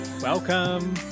Welcome